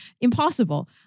Impossible